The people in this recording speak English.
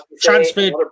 transferred